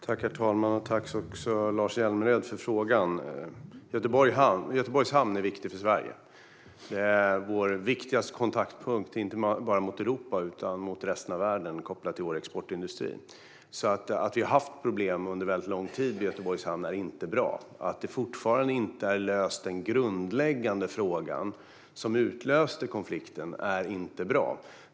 Herr talman! Tack, Lars Hjälmered, för frågan! Göteborgs hamn är viktig för Sverige. Det är vår viktigaste kontaktpunkt, inte bara mot Europa utan även mot resten av världen, kopplat till vår exportindustri. Att vi under väldigt lång tid har haft problem i Göteborgs hamn är inte bra. Att den grundläggande frågan, som utlöste konflikten, fortfarande inte är löst är inte bra.